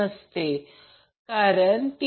जर केले तर ते 10